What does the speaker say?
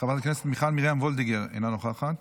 חברת הכנסת מיכל מרים וולדיגר, אינה נוכחת,